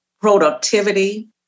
productivity